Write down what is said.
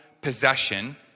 possession